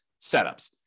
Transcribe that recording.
setups